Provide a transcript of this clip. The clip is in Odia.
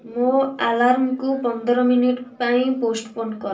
ମୋ ଆଲାର୍ମକୁ ପନ୍ଦର ମିନିଟ୍ ପାଇଁ ପୋଷ୍ଟପୋନ୍ କର